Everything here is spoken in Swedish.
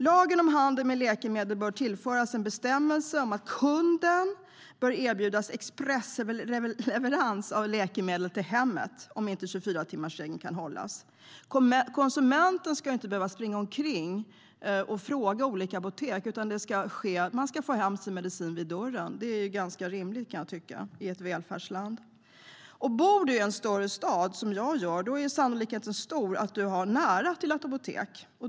Lagen om handel med läkemedel bör tillföras en bestämmelse om att kunden bör erbjudas expressleverans av läkemedlet till hemmet, om 24-timmarsregeln inte kan hållas. Konsumenten ska inte behöva springa omkring och fråga olika apotek. Man ska få hem sin medicin till dörren. Det är ganska rimligt i ett välfärdsland. Om man bor i en större stad, som jag gör, är sannolikheten stor att man har nära till ett apotek.